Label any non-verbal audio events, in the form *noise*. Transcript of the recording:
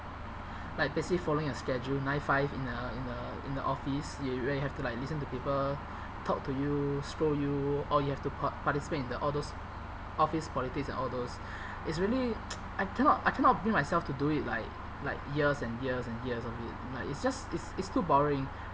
like basically following a schedule nine five in the in the in the office you where you have to like listen to people talk to you scold you or you have to par~ participate in the all those office politics and all those *breath* it's really *noise* I cannot I cannot bring myself to do it like like years and years and years of it like it's just it's it's too boring